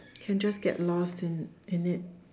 can just get lost in in it